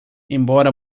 embora